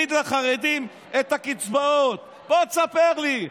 מוריד לחרדים את הקצבאות, בוא תספר לי.